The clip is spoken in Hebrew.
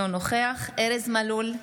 אינו נוכח ארז מלול,